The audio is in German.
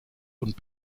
und